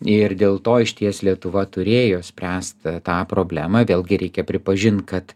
ir dėl to išties lietuva turėjo spręst tą problemą vėlgi reikia pripažint kad